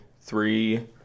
three